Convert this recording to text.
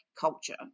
culture